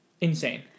Insane